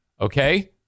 Okay